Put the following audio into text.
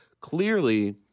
clearly